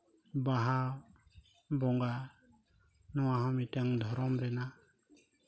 ᱵᱟᱦᱟ ᱵᱚᱸᱜᱟ ᱱᱚᱣᱟ ᱦᱚᱸ ᱢᱤᱫᱴᱮᱱ ᱫᱷᱚᱨᱚᱢ ᱨᱮᱱᱟᱜ